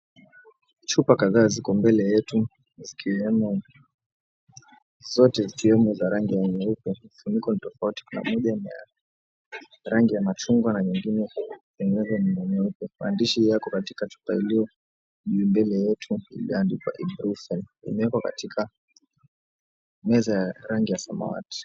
Chupa kadhaa ziko mbele yetu zikiwemo za rangi ya nyeupe. Funiko ni tofauti. Kuna moja ni ya rangi ya machungwa na nyingine tengenezwe nyeupe. Pandishi yako katika chupa iliyo juu mbele yetu imeandikwa. Imewekwa katika meza ya rangi ya samawati.